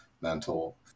mental